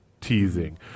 teasing